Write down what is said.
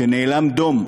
שנאלם דום,